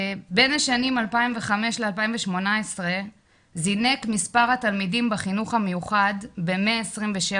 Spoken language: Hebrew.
בין השנים 2018-2005 זינק מספק התלמידים בחינוך המיוחד ב-127%,